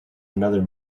another